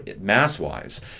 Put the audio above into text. mass-wise